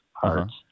parts